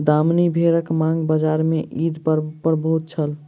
दामनी भेड़क मांग बजार में ईद पर्व पर बहुत छल